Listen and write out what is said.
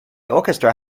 orchestra